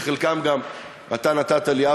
שחלקם גם אתה נתת לי,